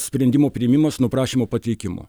sprendimo priėmimas nuo prašymo pateikimo